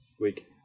Week